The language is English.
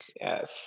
Yes